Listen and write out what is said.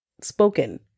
spoken